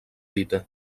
dita